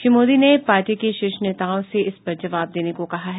श्री मोदी ने पार्टी के शीर्ष नेताओं से इसपर जवाब देने को कहा है